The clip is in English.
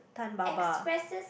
expresses